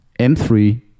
M3